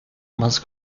más